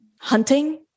hunting